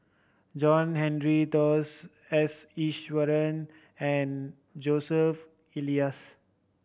John Henry Dos S Iswaran and Joseph Elias